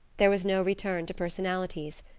there was no return to personalities.